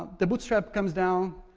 the bootstrap comes down,